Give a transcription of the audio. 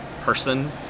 person